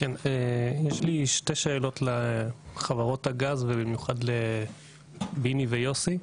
יש לי שתי שאלות לחברות הגז ובמיוחד לביני ויוסי.